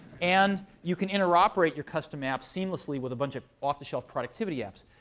and you can interoperate your custom apps seamlessly with a bunch of off-the-shelf productivity apps.